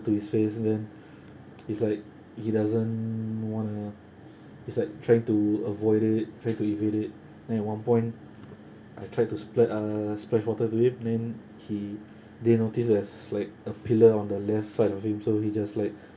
to his face then it's like he doesn't want ah he's like trying to avoid it trying to evade it then at one point I tried to spla~ uh splash water to him then he didn't notice there's like a pillar on the left side of him so he just like